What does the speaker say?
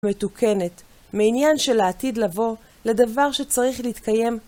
מתוקנת, מעניין של העתיד לבוא לדבר שצריך להתקיים